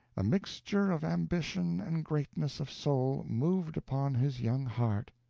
a mixture of ambition and greatness of soul moved upon his young heart,